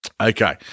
Okay